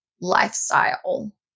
lifestyle